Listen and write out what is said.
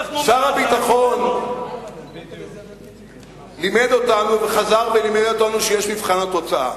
שר הביטחון לימד אותנו וחזר ולימד אותנו שיש מבחן התוצאה.